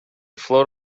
float